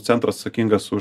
centras atsakingas už